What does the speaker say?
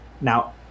Now